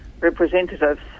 representatives